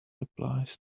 applies